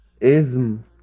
ism